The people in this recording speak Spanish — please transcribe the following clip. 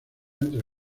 entre